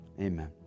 Amen